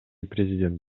президент